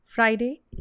Friday